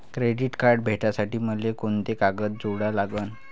Credit card भेटासाठी मले कोंते कागद जोडा लागन?